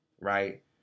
Right